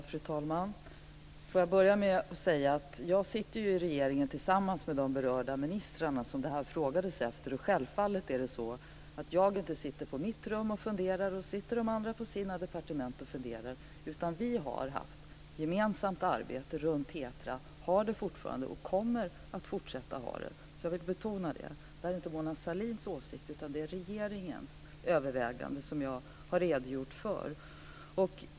Fru talman! Låt mig börja med att säga att jag ju sitter i regeringen tillsammans med de berörda ministrar som det frågades efter här. Självfallet sitter inte jag på mitt rum och funderar och så sitter de andra på sina på sina departement och funderar, utan vi har haft gemensamt arbete runt TETRA, har det fortfarande och kommer att fortsätta att ha det. Jag vill betona det: Det här är inte Mona Sahlins åsikt, utan det är regeringens överväganden som jag har redogjort för.